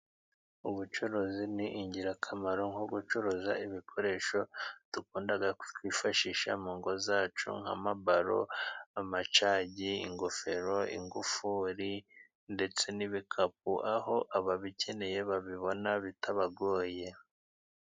Ubucuruzi ni ingirakamaro, nko gucuruza ibikoresho dukunda kwifashisha, mu ngo zacu, nka mabaro, amacagi, ingofero, ingufuri, ndetse n'ibikapu aho ababikeneye, babibona bitabagoye.